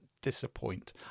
disappoint